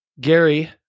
Gary